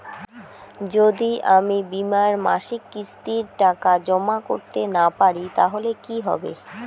যদি আমি বীমার মাসিক কিস্তির টাকা জমা করতে না পারি তাহলে কি হবে?